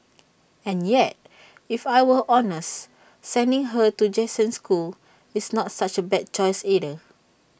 and yet if I were honest sending her to Jason's school is not such A bad choice either